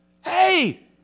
Hey